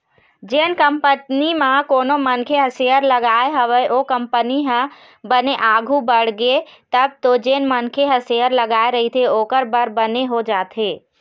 जेन कंपनी म कोनो मनखे ह सेयर लगाय हवय ओ कंपनी ह बने आघु बड़गे तब तो जेन मनखे ह शेयर लगाय रहिथे ओखर बर बने हो जाथे